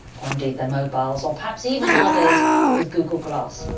or indeed their mobiles or perhaps even now days with google glass.